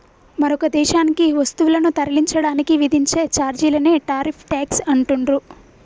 మరొక దేశానికి వస్తువులను తరలించడానికి విధించే ఛార్జీలనే టారిఫ్ ట్యేక్స్ అంటుండ్రు